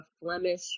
Flemish